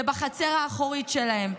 זה בחצר האחורית שלהם.